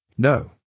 No